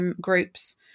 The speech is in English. groups